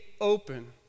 open